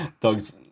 dog's